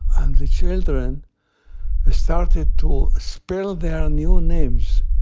and the children started to spell their new names.